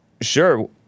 sure